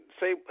say